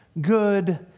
good